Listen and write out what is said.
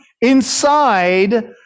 inside